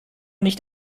nicht